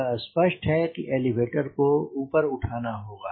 यह स्पष्ट है कि एलीवेटर को ऊपर उठाना होगा